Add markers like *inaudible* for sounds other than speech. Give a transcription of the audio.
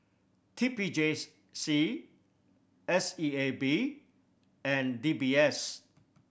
T P J *unintelligible* C S E A B and D B S